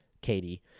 Katie